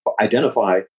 identify